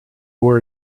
were